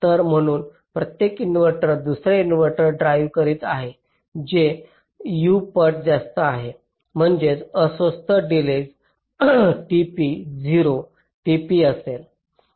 तर म्हणून प्रत्येक इन्व्हर्टर दुसर्या इन्व्हर्टर ड्राईव्ह करीत आहे जे U पट जास्त आहे म्हणजेच अस्वस्थ डिलेज tp 0 tp असेल